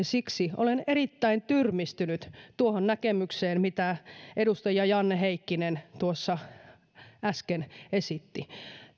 siksi olen erittäin tyrmistynyt tuosta näkemyksestä mitä edustaja janne heikkinen äsken esitti